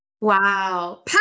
Wow